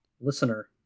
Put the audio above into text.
listener